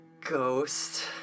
Ghost